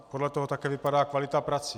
A podle toho také vypadá kvalita prací.